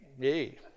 Hey